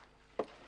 לומר